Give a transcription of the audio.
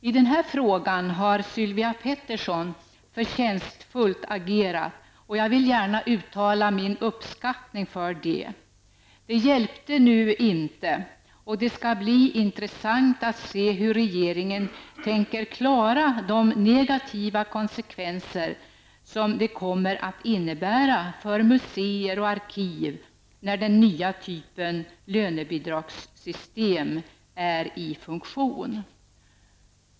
I den frågan har Sylvia Pettersson förtjänstfullt agerat. Jag vill gärna uttala min uppskattning om det. Det hjälpte nu inte. Det skall bli intressant att se hur regeringen tänker klara de negativa konsekvenser som det kommer att innebära för museer och arkiv, när den nya typen av lönebidragssystem är i funktion.